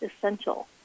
essential